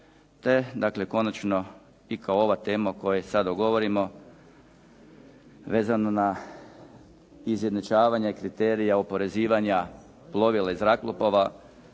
te dakle konačno i kao ova tema o kojoj sada govorimo, vezano na izjednačavanje kriterija oporezivanja plovila i zrakoplova